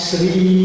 Sri